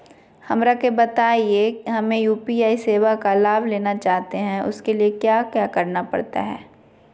हमरा के बताइए हमें यू.पी.आई सेवा का लाभ लेना चाहते हैं उसके लिए क्या क्या करना पड़ सकता है?